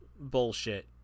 bullshit